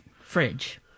fridge